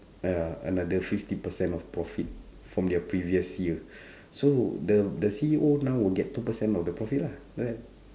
uh another fifty percent of profit from their previous year so the the C_E_O now will get two percent of the profit lah right